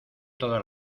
todas